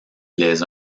les